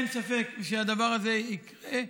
אין ספק שהדבר הזה יקרה,